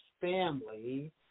family